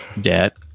debt